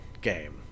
game